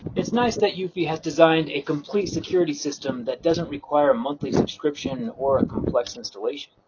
it's nice that eufy has designed a complete security system that doesn't require monthly subscription or a complex installation.